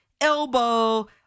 elbow